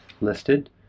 listed